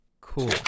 cool